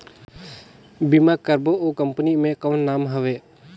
बीमा करबो ओ कंपनी के कौन नाम हवे?